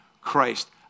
Christ